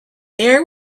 air